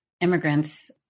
immigrants